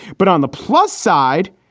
but on the plus side,